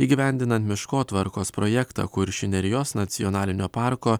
įgyvendinant miškotvarkos projektą kuršių nerijos nacionalinio parko